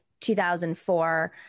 2004